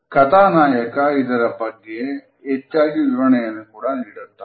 ಕಥಾನಾಯಕ ಇದರ ಬಗ್ಗೆ ಹೆಚ್ಚಾಗಿ ವಿವರಣೆಯನ್ನು ಕೂಡ ನೀಡುತ್ತಾನೆ